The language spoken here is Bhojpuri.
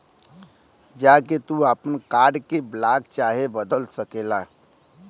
जा के तू आपन कार्ड के ब्लाक चाहे बदल सकेला